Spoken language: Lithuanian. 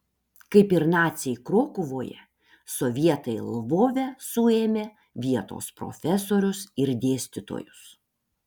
kaip ir naciai krokuvoje sovietai lvove suėmė vietos profesorius ir dėstytojus